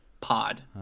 Pod